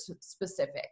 specific